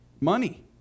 money